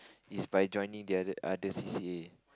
is by joining the other other c_c_a